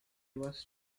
was